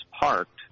parked